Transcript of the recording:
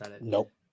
Nope